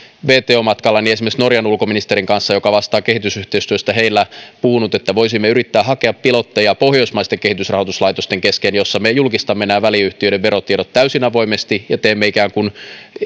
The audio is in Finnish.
wto matkallani esimerkiksi norjan ulkoministerin kanssa joka vastaa kehitysyhteistyöstä heillä puhunut että voisimme yrittää hakea pilotteja pohjoismaisten kehitysrahoituslaitosten kesken joissa me julkistamme nämä väliyhtiöiden verotiedot täysin avoimesti ja teemme ikään kuin